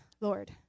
Lord